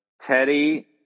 Teddy